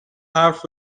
حرف